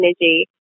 energy